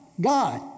God